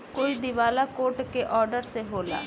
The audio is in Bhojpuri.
कोई दिवाला कोर्ट के ऑर्डर से होला